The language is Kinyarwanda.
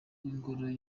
w’ingoro